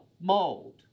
mold